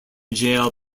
jail